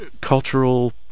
cultural